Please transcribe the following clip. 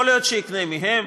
יכול להיות שיקנה מהם,